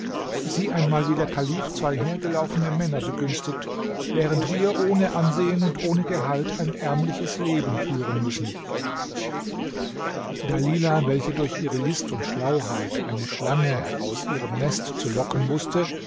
sieh einmal wie der kalif zwei hergelaufene männer begünstigt während wir ohne ansehen und ohne gehalt ein ärmliches leben führen müssen dalilah welche durch ihre list und schlauheit eine schlange aus ihrem nest zu locken wußte